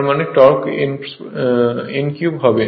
তার মানে torque n³ হবে